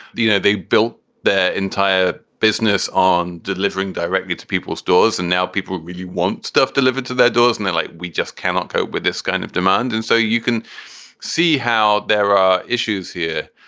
you know, they built their entire business on delivering directly to people's doors. and now people really want stuff delivered to their doors and they like we just cannot cope with this kind of demand. and so you can see how there are issues here.